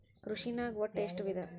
ಕೃಷಿನಾಗ್ ಒಟ್ಟ ಎಷ್ಟ ವಿಧ?